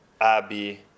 Abby